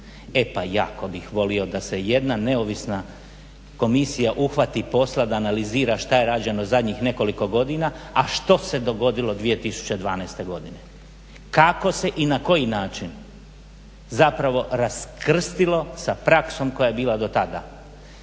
E pa jako bih volio da se jedna neovisna komisija uhvati posla da analizira što je rađeno zadnjih nekoliko godina, a što se dogodilo 2012. godine. Kako se i na koji način zapravo raskrstilo sa praksom koja je bila dotada.